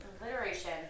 Alliteration